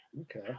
Okay